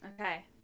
okay